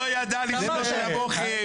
הוא לא ידע לזרוק כמוכם.